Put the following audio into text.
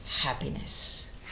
happiness